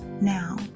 now